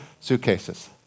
suitcases